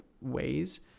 ways